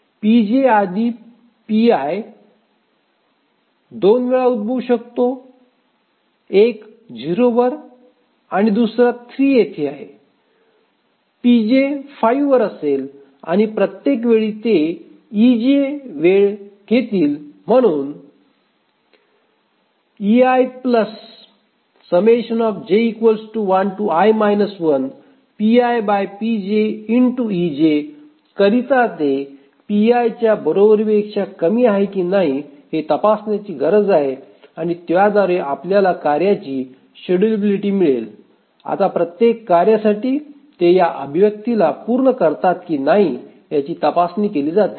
pj आधी pi 2 वेळा उद्भवू शकते एक 0 वर आणि दुसरा 3 येथे आहे pj 5 वर असेल आणि प्रत्येक वेळी ते ej वेळ घेतील म्हणून करीता ते pi च्या बरोबरीपेक्षा कमी आहे की नाही हे तपासण्याची गरज आहे आणि त्याद्वारे आपल्याला कार्याची शेड्यूलिबिटी मिळेल आता प्रत्येक कार्यासाठी ते या अभिव्यक्तीला पूर्ण करतात की नाही याची तपासणी केली जाते